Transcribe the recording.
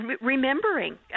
remembering